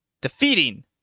Defeating